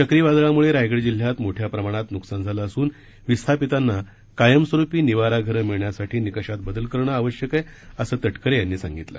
चक्रीवादळामुळे रायगड जिल्ह्यात मोठ्या प्रमाणात नुकसान झालं असून विस्थापितांना कायमस्वरूपी निवारा घरे मिळण्यासाठी निकषात बदल करणे आवश्यक असल्याचं तटकरे यांनी सांगितलं